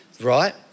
right